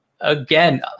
Again